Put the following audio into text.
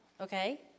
okay